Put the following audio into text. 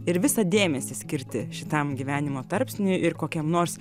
ir visą dėmesį skirti šitam gyvenimo tarpsniui ir kokiam nors